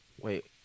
wait